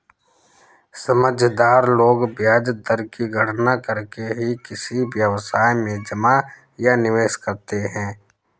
समझदार लोग ब्याज दर की गणना करके ही किसी व्यवसाय में जमा या निवेश करते हैं